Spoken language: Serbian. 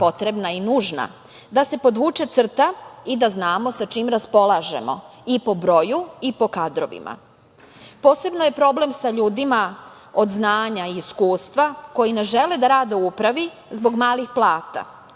potrebna i nužna da se podvuče crta i da znamo sa čime raspolažemo i po broju i po kadrovima. Posebno je problem sa ljudima od znanja i iskustva koji ne žele da rade u upravi zbog malih plata,